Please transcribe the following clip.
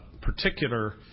particular